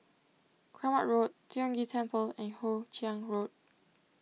Kramat Road Tiong Ghee Temple and Hoe Chiang Road